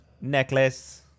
necklace